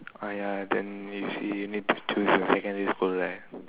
ah ya then you see you need to choose your secondary school right